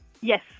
Yes